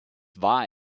war